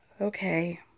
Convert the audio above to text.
okay